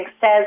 says